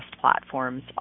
platforms